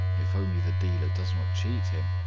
if only the dealer does not cheat him.